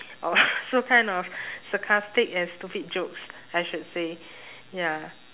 or so kind of sarcastic and stupid jokes I should say ya